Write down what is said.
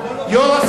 לא?